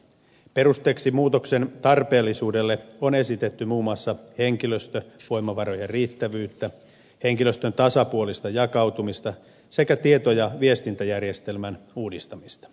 perusteeksi muutoksen tarpeellisuudelle on esitetty muun muassa henkilöstövoimavarojen riittävyyttä henkilöstön tasapuolista jakautumista sekä tieto ja viestintäjärjestelmän uudistamista